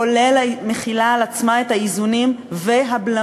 כולל מחילה על עצמה את האיזונים והבלמים,